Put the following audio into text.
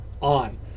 on